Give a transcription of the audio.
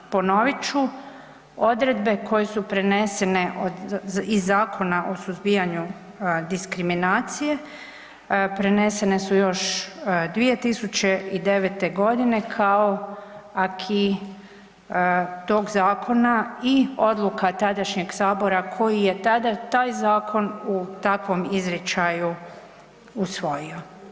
Ponovit ću odredbe koje su prenesene iz Zakona o suzbijanju diskriminacije, prenesene su još 2009.g. kao acquis tog zakona i odluka tadašnjeg Sabora koji je tada taj zakon u takvom izričaju usvojio.